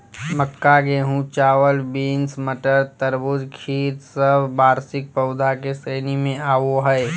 मक्का, गेहूं, चावल, बींस, मटर, तरबूज, खीर सब वार्षिक पौधा के श्रेणी मे आवो हय